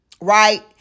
Right